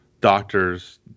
doctors